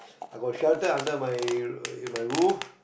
I got shelter under my in my roof